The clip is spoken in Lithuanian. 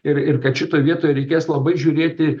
ir ir kad šitoj vietoj reikės labai žiūrėti